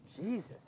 Jesus